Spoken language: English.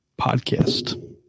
podcast